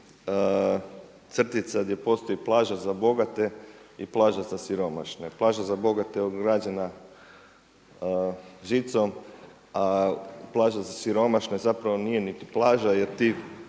crtica gdje postoji plaža za bogate i plaža za siromašne. Plaža za bogate je ograđena žicom, a plaža za siromašne zapravo nije niti plaža jer ti